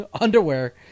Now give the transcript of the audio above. underwear